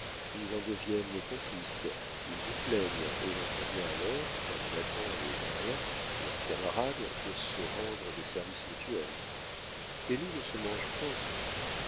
ils en deviennent les complices ils vous plaignent et l'on convient alors comme nathan et merlin avec leurs camarades de se rendre des services mutuels les loups ne se mangent point